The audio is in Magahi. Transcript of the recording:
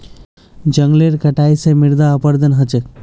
जंगलेर कटाई स मृदा अपरदन ह छेक